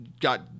got